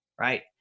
right